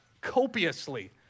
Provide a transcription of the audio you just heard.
copiously